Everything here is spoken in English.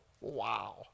Wow